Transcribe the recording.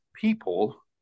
people